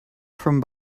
from